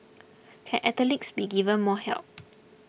can athletes be given more help